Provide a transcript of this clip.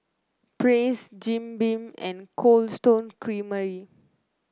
Praise Jim Beam and Cold Stone Creamery